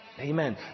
Amen